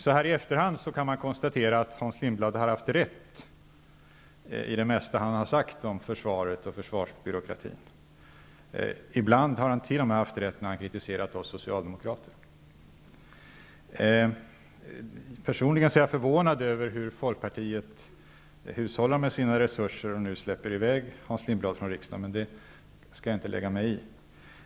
Så här i efterhand kan man konstatera att Hans Lindblad har haft rätt i det mesta han har sagt om försvaret och försvarsbyråkratin. Ibland har han t.o.m. haft rätt när han har kritiserat oss socialdemokrater. Personligen är jag förvånad över hur Folkpartiet hushållar med sina resurser, när man nu släpper i väg Hans Lindblad från riksdagen, men det skall jag inte lägga mig i.